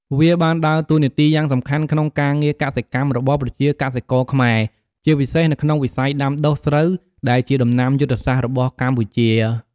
វាបានដើរតួនាទីយ៉ាងសំខាន់ក្នុងការងារកសិកម្មរបស់ប្រជាកសិករខ្មែរ ជាពិសេសនៅក្នុងវិស័យដាំដុះស្រូវ ដែលជាដំណាំយុទ្ធសាស្ត្ររបស់កម្ពុជា។